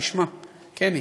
כשמה כן היא.